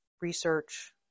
research